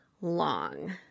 long